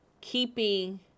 keeping